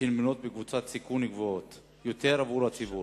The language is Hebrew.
שנמנות בקבוצות סיכון גבוה יותר עבור הציבור,